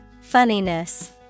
Funniness